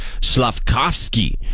Slavkovsky